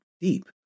deep